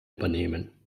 übernehmen